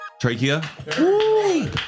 trachea